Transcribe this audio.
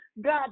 God